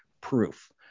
proof